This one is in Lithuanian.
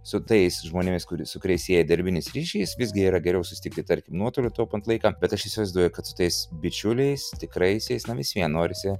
su tais žmonėmis kuri su kuriais sieja darbinis ryšys visgi yra geriau susitikiti per nuotolį taupant laiką bet aš įsivaizduoju kad su tais bičiuliais tikraisiais na visvien norisi